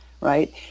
right